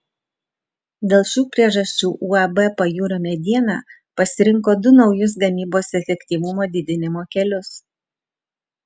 dėl šių priežasčių uab pajūrio mediena pasirinko du naujus gamybos efektyvumo didinimo kelius